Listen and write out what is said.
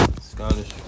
Scottish